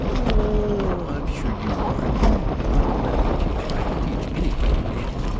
oh, i'm sure you are. you ought to let me teach you. i can teach anybody to dance.